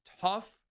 tough